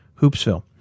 Hoopsville